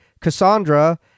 Cassandra